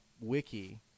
wiki